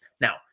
Now